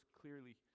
clearly